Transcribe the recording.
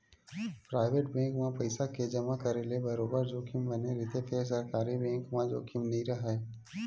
private bank म पइसा के जमा करे ले बरोबर जोखिम बने रहिथे फेर सरकारी बेंक म जोखिम नइ राहय